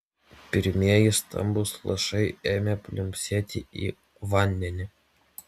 pirmieji stambūs lašai ėmė pliumpsėti į vandenį